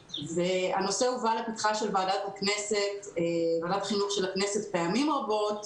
הנושא הובא לפתחה של ועדת החינוך של הכנסת פעמים רבות.